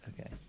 okay